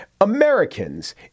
Americans